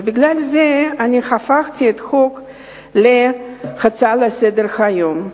ובגלל זה הפכתי אותה להצעה לסדר-היום.